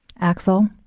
Axel